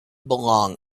belong